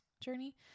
journey